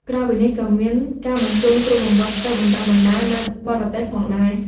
ក្រៅពីនេះក៏មានការបញ្ជូនគ្រូបង្វឹកទៅបណ្ដុះបណ្ដាលនៅបរទេសផងដែរ។